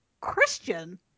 Christian